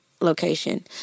location